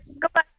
Goodbye